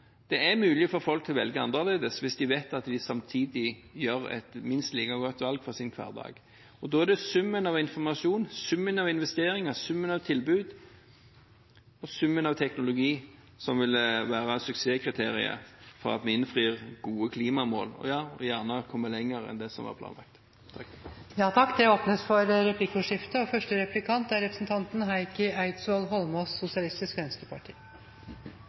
dette er mulig – det er jeg overbevist om. Det er mulig for folk å velge annerledes hvis de vet at de samtidig gjør et minst like godt valg for sin hverdag. Da er det summen av informasjon, summen av investeringer, summen av tilbud og summen av teknologi som vil være suksesskriteriet for å innfri gode klimamål – og ja, gjerne kommer lenger enn det som var planlagt. Det blir replikkordskifte. Jeg synes det er